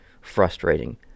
frustrating